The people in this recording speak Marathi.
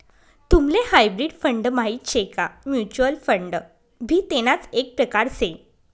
तुम्हले हायब्रीड फंड माहित शे का? म्युच्युअल फंड भी तेणाच एक प्रकार से